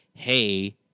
hey